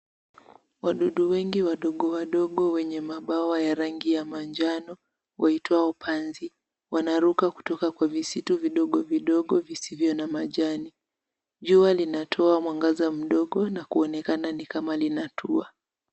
Wadudu wengi wadogo wadogo wenye mabawa ya rangi ya manjano waitwa upanzi. Wanaruka kutoka kwa visitu vidogo vidogo visivyo na majani. Jua linatoa mwangaza mdogo na kuonekana ni kama linatua.